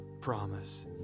promise